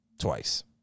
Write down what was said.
twice